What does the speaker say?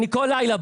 כל לילה.